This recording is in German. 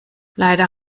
leider